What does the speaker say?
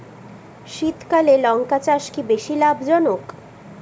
শীতকালে লঙ্কা চাষ কি বেশী লাভজনক?